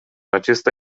acesta